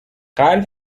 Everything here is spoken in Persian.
قلب